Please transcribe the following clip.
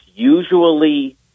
Usually